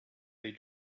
they